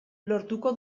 lortuko